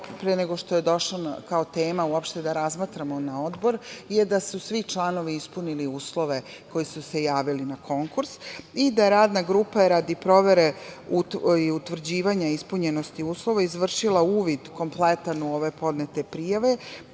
pre nego što je došlo kao tema uopšte da razmatramo na Odbor je da su svi članovi ispunili uslove koji su se javili na konkurs i da je radna grupa radi provere i utvrđivanja ispunjenosti uslova izvršila uvid kompletan u ove podnete prijave.